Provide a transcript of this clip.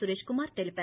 సురేష్ కుమార్ తెలిపారు